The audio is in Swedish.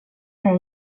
jag